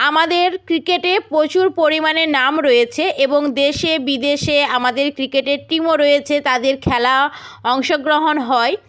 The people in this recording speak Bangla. আমাদের ক্রিকেটে প্রচুর পরিমাণে নাম রয়েছে এবং দেশে বিদেশে আমাদের ক্রিকেটের টিমও রয়েছে তাদের খেলা অংশগ্রহণ হয়